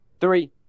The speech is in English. Three